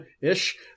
ish